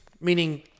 meaning